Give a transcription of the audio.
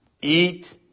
eat